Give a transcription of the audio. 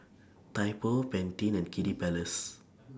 Typo Pantene and Kiddy Palace